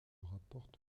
rapporte